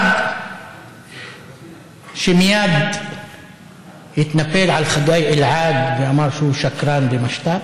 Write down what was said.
אחד שמייד התנפל על חגי אלעד ואמר שהוא שקרן ומשת"פ,